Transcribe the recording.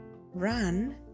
run